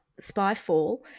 Spyfall